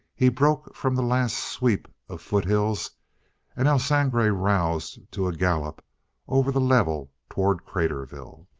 he broke from the last sweep of foothills and el sangre roused to a gallop over the level toward craterville.